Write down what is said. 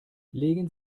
legen